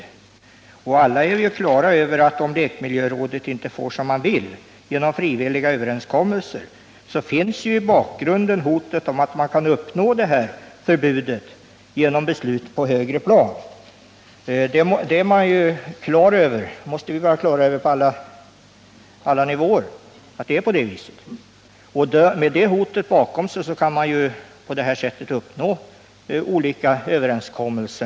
Vi är ju alla på det klara med att det, om lekmiljörådet inte får som det vill genom frivilliga överenskommelser, i bakgrunden finns ett hot om att man kan uppnå detta förbud genom beslut på ett högre plan. Med det hotet i bakgrunden kan man naturligtvis uppnå olika överenskommelser.